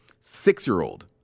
six-year-old